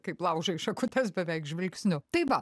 kaip laužai šakutes beveik žvilgsniu tai va